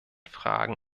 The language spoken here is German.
fragen